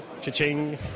Cha-ching